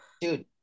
dude